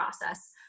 process